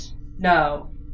No